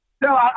No